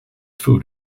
food